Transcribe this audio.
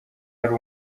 ari